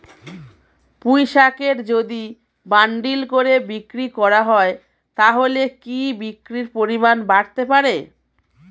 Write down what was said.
পুঁইশাকের যদি বান্ডিল করে বিক্রি করা হয় তাহলে কি বিক্রির পরিমাণ বাড়তে পারে?